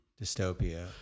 dystopia